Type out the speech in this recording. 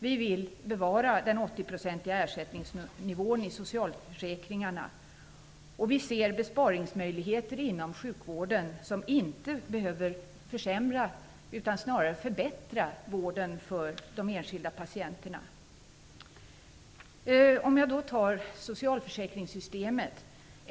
Vi vill bevara den 80-procentiga ersättningsnivån i socialförsäkringarna, och vi ser besparingsmöjligheter inom sjukvården som inte behöver försämra utan snarare kunde förbättra vården för de enskilda patienterna. Till att börja med har vi socialförsäkringssystemet.